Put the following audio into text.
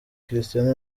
cristiano